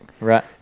Right